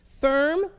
Firm